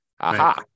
aha